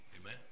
Amen